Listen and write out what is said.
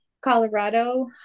Colorado